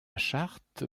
charte